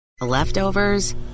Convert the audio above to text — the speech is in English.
leftovers